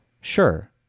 Sure